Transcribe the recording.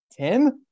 Tim